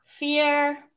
Fear